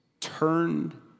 turned